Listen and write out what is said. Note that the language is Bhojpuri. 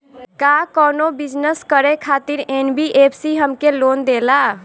का कौनो बिजनस करे खातिर एन.बी.एफ.सी हमके लोन देला?